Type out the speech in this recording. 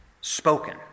Spoken